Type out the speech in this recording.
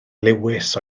lewis